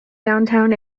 downtown